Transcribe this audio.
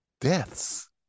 deaths